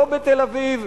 לא בתל-אביב,